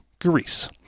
Greece